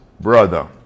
brother